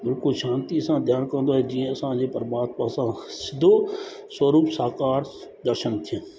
बिल्कुलु शांती सां ध्यानु कंदो आहे जीअं असां जे परमात्मा सां सॼो स्वरूप साकार दर्शन थियनि